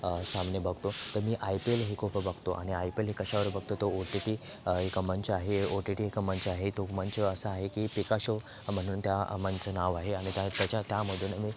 सामने बघतो तर मी आय पी एल हे खूप बघतो आणि आय पी एलही कशावर बघतो तर ओ टी टी एक मंच आहे ओ टी टी एक मंच आहे तो मंच असा आहे की पिकाशो म्हणून त्या मंचचं नाव आहे आणि त्या त्याच्या त्यामधून मी